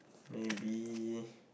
maybe